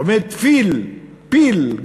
עומד פיל גדול,